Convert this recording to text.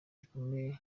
gikomeye